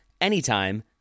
anytime